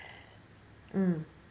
mm